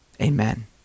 Amen